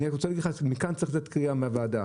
מהוועדה